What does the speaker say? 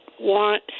want